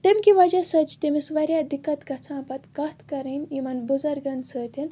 تٔمہِ کہ وجہ سۭتۍ چھِ تٔمِس واریاہ دِقت گژھان پَتہٕ کَتھ کَرٕنۍ یِمَن بُزرگَن سۭتی